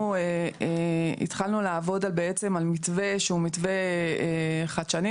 אנחנו התחלנו לעבוד בעצם על מתווה שהוא מתווה חדשני,